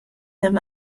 him